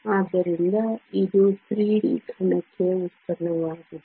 ಆದ್ದರಿಂದ ಇದು 3D ಘನಕ್ಕೆ ಉತ್ಪನ್ನವಾಗಿದೆ